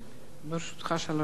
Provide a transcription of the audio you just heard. לרשותך שלוש דקות.